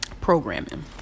programming